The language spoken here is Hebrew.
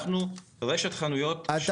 אנחנו רשת חנויות.